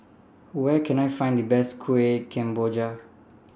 Where Can I Find The Best Kueh Kemboja